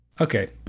Okay